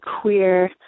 queer